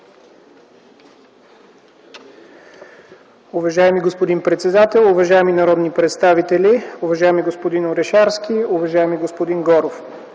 Уважаеми господин председател, уважаеми народни представители, уважаеми господин Орешарски, уважаеми господин Горов!